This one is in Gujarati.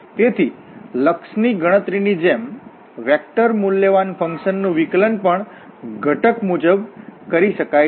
તેથી લક્ષ ગણતરી ની જેમ વેક્ટરમૂલ્યવાનફંકશન નું વિકલન પણ ઘટક મુજબ કરી શકાય છે